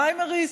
פריימריז?